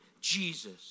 Jesus